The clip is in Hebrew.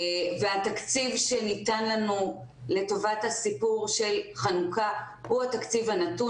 התקציב שניתן לנו לטובת הסיפור של חנוכה הוא התקציב הנתון